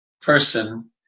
person